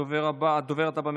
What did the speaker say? הדוברת הבאה,